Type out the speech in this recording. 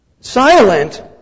silent